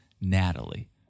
Natalie